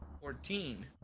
Fourteen